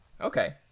Okay